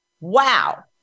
Wow